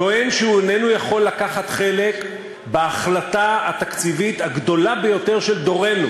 טוען שהוא איננו יכול לקחת חלק בהחלטה התקציבית הגדולה ביותר של דורנו.